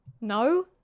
No